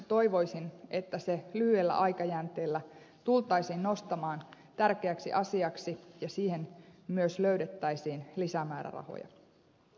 toivoisin että se lyhyellä aikajänteellä tultaisiin nostamaan tärkeäksi asiaksi ja siihen myös löydettäisiin lisämäärärahoja